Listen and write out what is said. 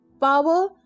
Power